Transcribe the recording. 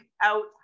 out